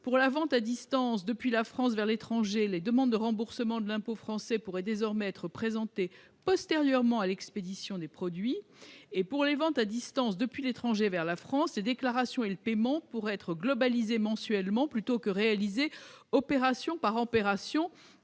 pour les ventes à distance depuis la France vers l'étranger, la demande de remboursement de l'impôt français pourrait désormais être présentée postérieurement à l'expédition des produits ; pour les ventes à distance depuis l'étranger vers la France, les déclarations et le paiement pourront être globalisés mensuellement, plutôt que réalisées opération par opération,